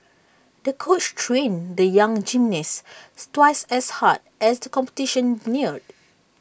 the coach trained the young gymnasts twice as hard as the competition neared